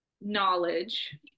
knowledge